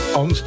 on